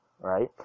right